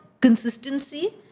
consistency